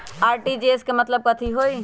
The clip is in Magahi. आर.टी.जी.एस के मतलब कथी होइ?